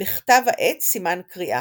בכתב העת "סימן קריאה".